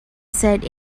said